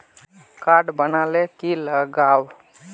Card बना ले की लगाव?